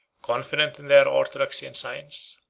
confident in their orthodoxy and science,